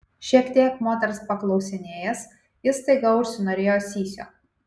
šiek tiek moters paklausinėjęs jis staiga užsinorėjo sysio